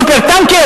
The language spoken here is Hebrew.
"סופר-טנקר"?